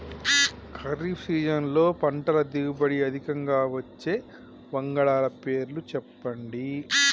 ఖరీఫ్ సీజన్లో పంటల దిగుబడి అధికంగా వచ్చే వంగడాల పేర్లు చెప్పండి?